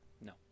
No